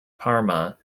parma